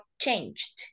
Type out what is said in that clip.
changed